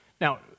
Now